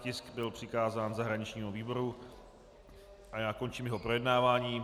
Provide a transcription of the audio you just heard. Tisk byl přikázán zahraničnímu výboru a končím jeho projednávání.